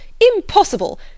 impossible